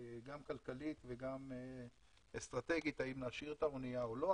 גם כלכלית וגם אסטרטגית האם להשאיר את האנייה או לא.